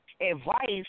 advice